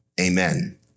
amen